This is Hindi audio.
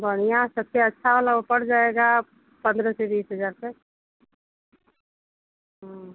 बढ़िया सबसे अच्छा वाला ओ पड़ जाएगा पन्द्रह से बीस हजार तक हाँ